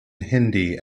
hindi